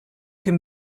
can